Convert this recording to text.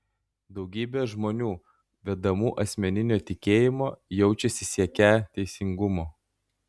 daugybė žmonių vedamų asmeninio tikėjimo jaučiasi siekią teisingumo